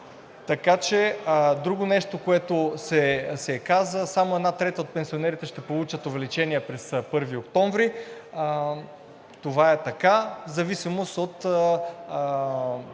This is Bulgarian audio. пенсиите. Друго нещо, което се каза – само една трета от пенсионерите ще получат увеличение на 1 октомври. Това е така в зависимост от